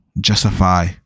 justify